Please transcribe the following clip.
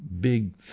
big